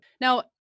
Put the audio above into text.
now